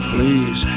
Please